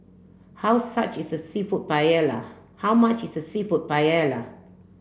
how such is a Seafood Paella how much is a Seafood Paella